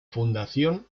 fundación